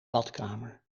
badkamer